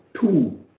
two